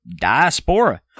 Diaspora